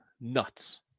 nuts